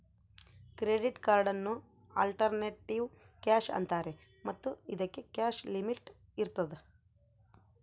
credit ಕಾರ್ಡನ್ನು alternative cash ಅಂತಾರೆ ಮತ್ತು ಇದಕ್ಕೆ ಕ್ಯಾಶ್ ಲಿಮಿಟ್ ಇರ್ತದ